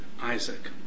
Isaac